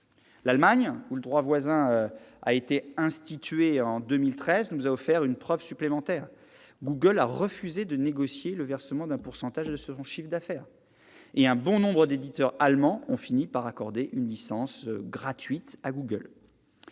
L'Allemagne, où le droit voisin a été institué en 2013, est un exemple supplémentaire : Google a refusé de négocier le versement d'un pourcentage de son chiffre d'affaires, et un bon nombre d'éditeurs allemands ont fini par lui accorder une licence gratuite.